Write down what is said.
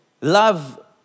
love